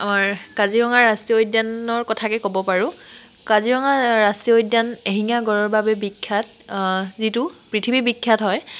আমাৰ কাজিৰঙা ৰাষ্ট্ৰীয় উদ্যানৰ কথাকে ক'ব পাৰোঁ কাজিৰঙা ৰাষ্ট্ৰীয় উদ্যান এশিঙীয়া গঁড়ৰ বাবে বিখ্যাত যিটো পৃথিৱী বিখ্যাত হয়